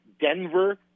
Denver